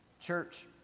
Church